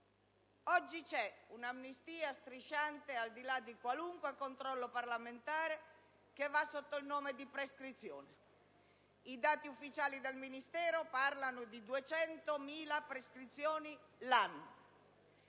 oggi un'amnistia strisciante, al di là di qualunque controllo parlamentare, che va sotto il nome di prescrizione, e dai dati ufficiali del Ministero le prescrizioni ogni